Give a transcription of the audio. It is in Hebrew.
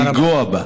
לגעת בה.